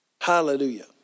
Hallelujah